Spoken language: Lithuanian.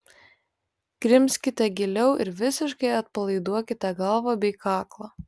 grimzkite giliau ir visiškai atpalaiduokite galvą bei kaklą